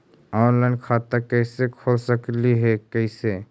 Online खाता कैसे खोल सकली हे कैसे?